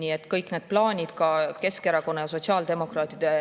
Nii et kõik need plaanid, et Keskerakonna ja sotsiaaldemokraatide